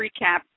recap